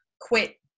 quit